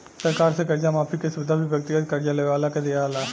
सरकार से कर्जा माफी के सुविधा भी व्यक्तिगत कर्जा लेवे वाला के दीआला